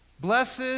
Blessed